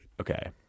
Okay